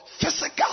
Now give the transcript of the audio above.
physical